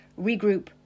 regroup